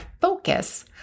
focus